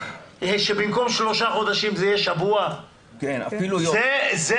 שבמקום שלושה חודשים זה יהיה שבוע או יום,